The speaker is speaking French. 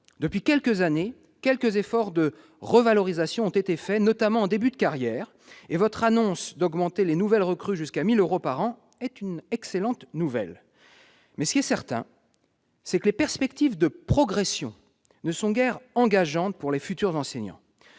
Depuis quelques années, des efforts de revalorisation ont été faits, notamment en début de carrière. Votre annonce d'augmenter les nouvelles recrues jusqu'à 1 000 euros par an est une excellente nouvelle. Mais il est certain que les perspectives de progression ne sont guère engageantes pour les futurs enseignants.